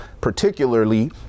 particularly